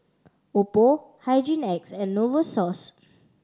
Oppo Hygin X and Novosource